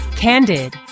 Candid